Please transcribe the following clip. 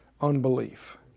unbelief